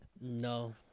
No